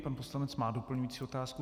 Pan poslanec má doplňující otázku.